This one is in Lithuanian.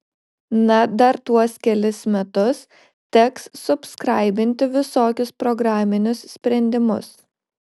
na dar tuos kelis metus teks subskraibinti visokius programinius sprendimus